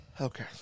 Okay